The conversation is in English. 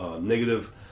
negative